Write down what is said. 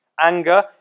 Anger